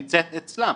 נמצאת אצלם.